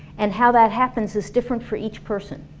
and how that happens is different for each person.